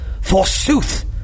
Forsooth